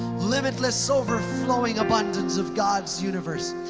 limitless, overflowing abundance of god's universe.